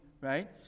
right